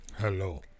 hello